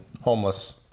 homeless